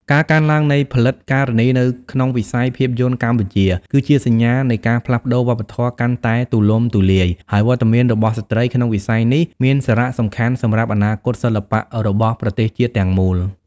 ការកើនឡើងនៃផលិតការនីនៅក្នុងវិស័យភាពយន្តកម្ពុជា គឺជាសញ្ញានៃការផ្លាស់ប្តូរវប្បធម៌កាន់តែទូលំទូលាយ ហើយវត្តមានរបស់ស្ត្រីក្នុងវិស័យនេះមានសារៈសំខាន់សម្រាប់អនាគតសិល្បៈរបស់ប្រទេសជាតិទាំងមូល។